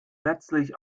letztlich